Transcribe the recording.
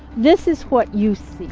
this is what you see.